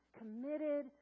committed